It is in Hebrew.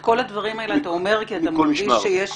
את כל הדברים האלה אתה אומר כי אתה מרגיש שיש